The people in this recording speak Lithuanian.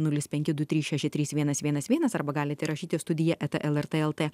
nulis penki du trys šeši trys vienas vienas vienas arba galite rašyti studija eta lrt lt